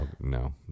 No